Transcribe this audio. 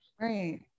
Right